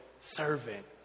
servant